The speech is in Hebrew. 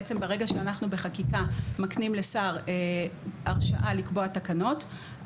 בעצם ברגע שאנחנו בחקיקה מקנים לשר הרשאה לקבוע תקנות,